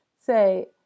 say